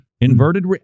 inverted